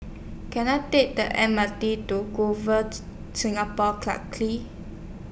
Can I Take The M R T to Singapore Clarke